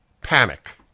panic